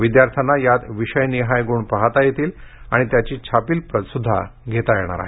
विद्यार्थ्यांना यात विषयनिहाय गुण पाहता येतील आणि त्याची छापील प्रत सुद्धा घेता येणार आहे